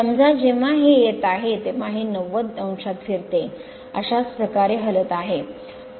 समजा जेव्हा हे येत आहे तेव्हा हे 90 o फिरते अशाच प्रकारे हलत आहे